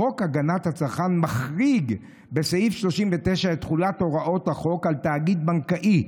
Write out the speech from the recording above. "חוק הגנת הצרכן מחריג בסעיף 39 את תחולת הוראות החוק על תאגיד בנקאי,